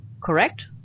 correct